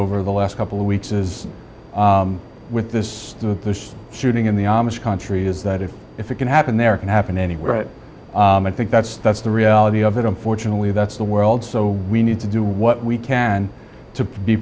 over the last couple of weeks is with this the shooting in the amish country is that it if it can happen there can happen anywhere i think that's that's the reality of it unfortunately that's the world so we need to do what we can to be